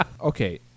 Okay